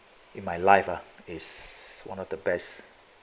in my life ah is one of the best